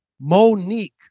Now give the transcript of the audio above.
Monique